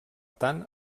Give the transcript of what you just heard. tant